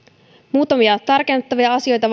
muutamia tarkennettavia asioita